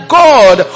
god